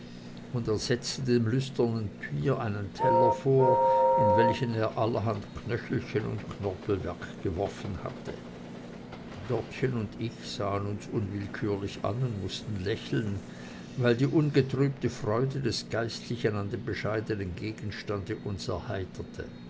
und er setzte dem lüsternen tier einen teller vor in welchen er allerhand knöchelchen und knorpelwerk geworfen hatte dortchen und ich sahen uns unwillkürlich an und mußten lächeln weil die ungetrübte freude des geistlichen an dem bescheidenen gegenstande uns erheiterte